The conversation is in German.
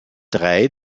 drei